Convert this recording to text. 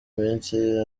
iminsi